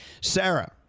Sarah